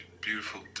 Beautiful